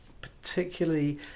particularly